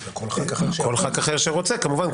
כל ח"כ אחר שרוצה כמובן.